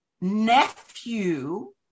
nephew